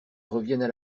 reviennent